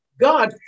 God